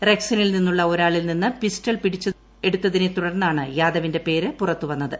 റക്സിനിൽ നിന്നുള്ള ഒരാളിൽ നിന്ന് പ്രിസ്റ്റൾ പിടിച്ചെടുത്തതിനെ തുടർന്നാണ് യാദവിന്റെ പേര്ക് പുറത്ത് വന്നത്